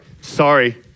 Sorry